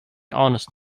honest